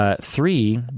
Three